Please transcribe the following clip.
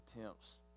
attempts